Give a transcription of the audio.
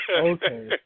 okay